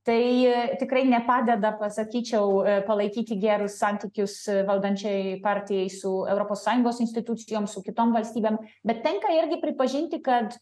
tai tikrai nepadeda pasakyčiau palaikyti gerus santykius valdančiajai partijai su europos sąjungos institucijom su kitom valstybėm bet tenka irgi pripažinti kad